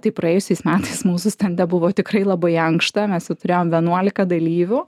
tai praėjusiais metais mūsų stende buvo tikrai labai ankšta mes jau turėjom vienuolika dalyvių